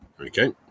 Okay